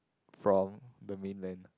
from the mainland